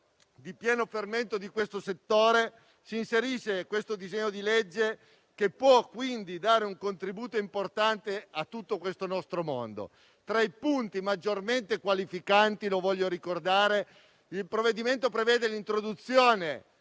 di pieno fermento del settore si inserisce il disegno di legge in esame, che può quindi dare un contributo importante a tutto questo nostro mondo. Tra i punti maggiormente qualificanti - lo voglio ricordare - il provvedimento prevede l'introduzione